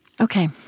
Okay